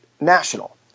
National